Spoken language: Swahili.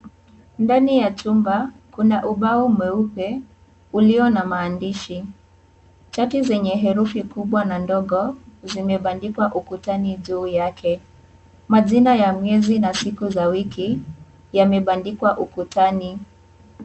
Ndani ya chumba, kuna ubao mweupe, ulio na maandishi. Chati zenye herufi kubwa na ndogo, zimebandikwa ukutani juu yake. Majina ya miezi na siku za wiki, yamebandikwa ukutani.